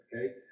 okay